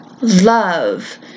love